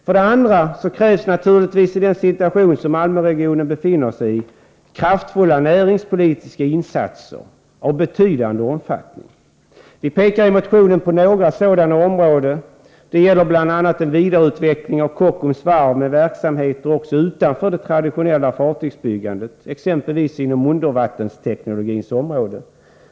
För det andra krävs naturligtvis i den situation som Malmöregionen befinner sig i kraftiga näringspolitiska insatser av betydande omfattning. Vi pekar i motionen på några sådana områden. Det gäller bl.a. en vidareutveckling av Kockums Varv med verksamheter också utanför det traditionella fartygsbyggandet, exempelvis inom undervattensteknologins område.